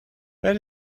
where